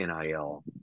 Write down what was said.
NIL